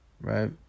right